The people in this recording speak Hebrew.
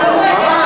אתך